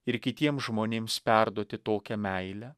ir kitiems žmonėms perduoti tokią meilę